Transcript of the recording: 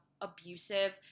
abusive